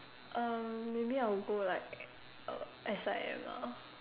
uh maybe I would go like uh S_I_M lah